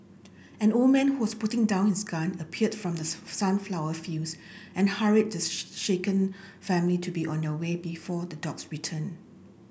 an old man who was putting down his gun appeared from the sunflower fields and hurried the shaken family to be on their way before the dogs return